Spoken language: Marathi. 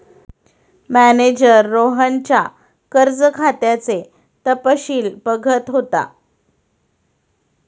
मॅनेजर रोहनच्या कर्ज खात्याचे तपशील बघत होता